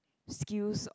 skills